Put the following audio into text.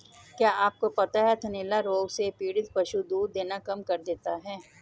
क्या आपको पता है थनैला रोग से पीड़ित पशु दूध देना कम कर देता है?